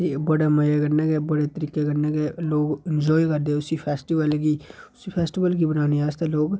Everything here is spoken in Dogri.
एह् बड़े मजे कन्नै गै बड़े तरीके कन्नै गै लोक इंजाय करदे उस फैस्टीवल गी उस फैस्टीवल गी बनाने आस्तै लोक